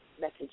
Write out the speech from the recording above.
message